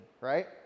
right